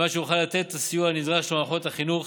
על מנת שנוכל לתת את הסיוע הנדרש למערכות החינוך,